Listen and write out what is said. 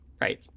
right